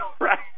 right